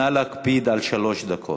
נא להקפיד על שלוש דקות.